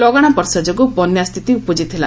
ଲଗାଣ ବର୍ଷା ଯୋଗୁଁ ବନ୍ୟା ସ୍ଥିତି ଉପୁଜିଥିଲା